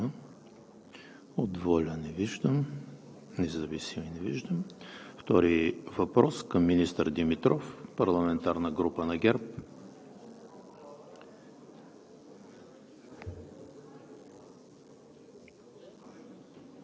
„Обединени патриоти“? Няма. От ВОЛЯ? Не виждам. От Независими? Не виждам. Втори въпрос към министър Димитров – парламентарна група на ГЕРБ.